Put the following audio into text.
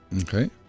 Okay